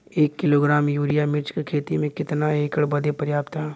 एक kilogram urea मिर्च क खेती में कितना एकड़ बदे पर्याप्त ह?